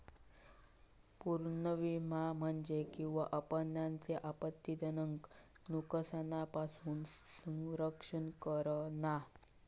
पुनर्विमा म्हणजे विमा कंपन्यांचो आपत्तीजनक नुकसानापासून संरक्षण करणा